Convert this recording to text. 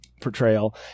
Portrayal